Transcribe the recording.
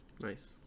Nice